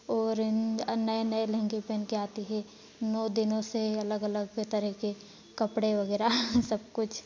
और न नए नए लहंगे पहन कर आती हैं नौ दिनों से अलग अलग तरह के कपड़े वगैरह सब कुछ